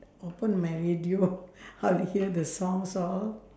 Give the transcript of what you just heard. open my radio how to hear the songs all